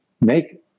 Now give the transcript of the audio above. make